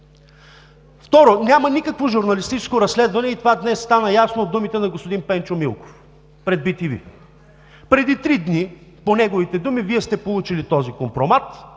Второ, няма никакво журналистическо разследване. Това стана ясно днес от думите на господин Пенчо Милков пред bTV. Преди три дни – по неговите думи – Вие сте получили този компромат